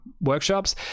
workshops